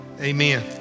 Amen